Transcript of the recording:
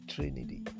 Trinity